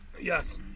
Yes